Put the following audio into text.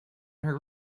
her